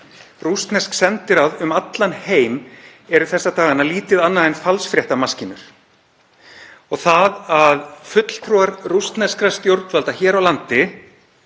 Rússnesk sendiráð um allan heim eru þessa dagana lítið annað en falsfréttamaskínur. Það að fulltrúar rússneskra stjórnvalda hér á landi